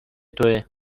تویه